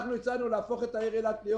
אנחנו הצענו להפוך את העיר אילת להיות